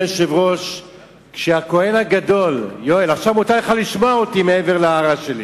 יואל, עכשיו, מותר לך לשמוע אותי מעבר להערה שלי.